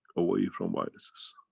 away from viruses.